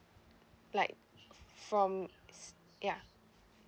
like from s~ ya